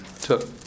took